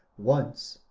once,